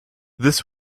this